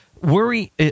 Worry